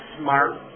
smart